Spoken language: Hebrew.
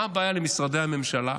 מה הבעיה של משרדי הממשלה,